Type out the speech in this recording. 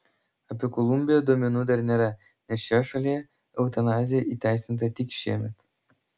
apie kolumbiją duomenų dar nėra nes šioje šalyje eutanazija įteisinta tik šiemet